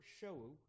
show